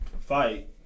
fight